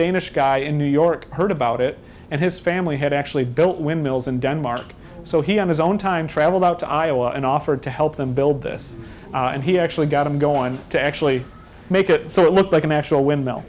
danish guy in new york heard about it and his family had actually built when mills in denmark so he had his own time traveled out to iowa and offered to help them build this and he actually got i'm going to actually make it so it looked like an actual windmill